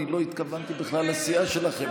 אני לא התכוונתי בכלל לסיעה שלכם.